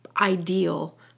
ideal